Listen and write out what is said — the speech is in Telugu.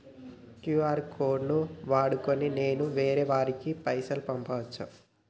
క్యూ.ఆర్ కోడ్ ను వాడుకొని నేను వేరే వారికి పైసలు పంపచ్చా?